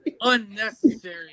unnecessary